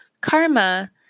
karma